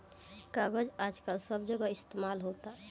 कागज आजकल सब जगह इस्तमाल होता